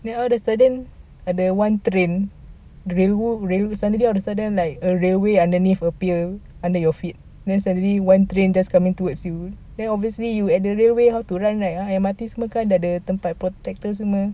then all of a sudden ada one train railway rail suddenly all of a sudden right a railway underneath appear under your feet then suddenly one train coming towards you then obviously you at the railway how to run right ah M_R_T semua kan dah ada tempat protector semua